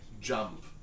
jump